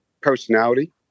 personality